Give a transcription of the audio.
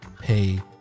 pay